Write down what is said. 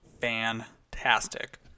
fantastic